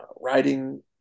writing